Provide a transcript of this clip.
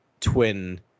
twin